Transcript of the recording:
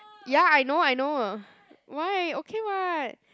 ya I know I know why okay [what]